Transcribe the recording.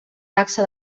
taxa